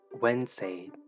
Wednesday